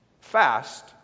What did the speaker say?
fast